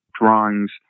drawings